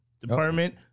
Department